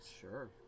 sure